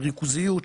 של ריכוזיות,